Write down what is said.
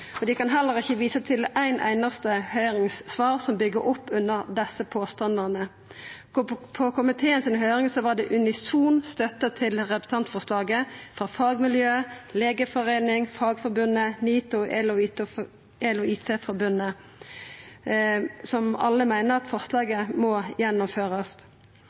Dei kan heller ikkje visa til eitt einaste høyringssvar som byggjer opp under desse påstandane. På høyringa i komiteen var det unison støtte til representantforslaget frå fagmiljøa, Legeforeningen, Fagforbundet; NITO, EL og IT Forbundet – som alle meiner at forslaget må gjennomførast.